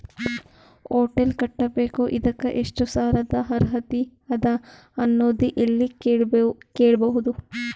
Hotel ಕಟ್ಟಬೇಕು ಇದಕ್ಕ ಎಷ್ಟ ಸಾಲಾದ ಅರ್ಹತಿ ಅದ ಅನ್ನೋದು ಎಲ್ಲಿ ಕೇಳಬಹುದು?